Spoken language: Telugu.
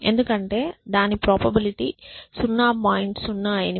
ఎందుకంటే దాని ప్రాబబిలిటీ 0